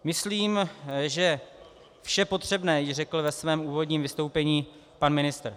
Myslím, že vše potřebné již řekl ve svém úvodním vystoupení pan ministr.